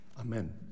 Amen